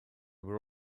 were